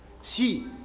Si